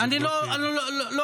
אני לא חושב,